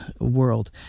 world